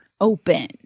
open